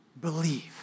believe